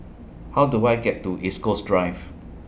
How Do I get to East Coast Drive